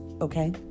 okay